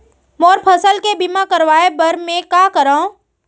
मोर फसल के बीमा करवाये बर में का करंव?